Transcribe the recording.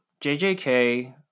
JJK